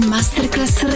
Masterclass